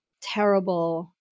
terrible